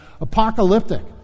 Apocalyptic